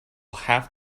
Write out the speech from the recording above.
have